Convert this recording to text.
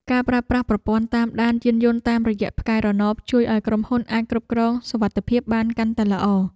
ការប្រើប្រាស់ប្រព័ន្ធតាមដានយានយន្តតាមរយៈផ្កាយរណបជួយឱ្យក្រុមហ៊ុនអាចគ្រប់គ្រងសុវត្ថិភាពបានកាន់តែល្អ។